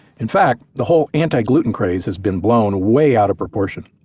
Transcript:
in fact, the whole anti-gluten craze has been blown way out of proportion.